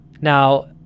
now